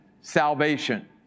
salvation